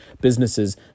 businesses